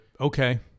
okay